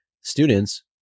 students